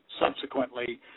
subsequently